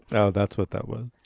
so that's what that was.